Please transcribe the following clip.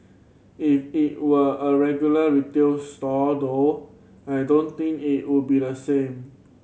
if it were a regular retail store though I don't think it would be the same